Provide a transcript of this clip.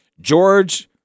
George